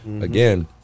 again